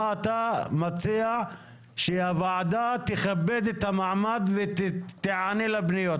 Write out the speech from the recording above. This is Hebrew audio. מה אתה מציע כדי שהוועדה תכבד את המעמד ותיענה לפניות?